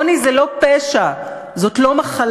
עוני הוא לא פשע, זאת לא מחלה,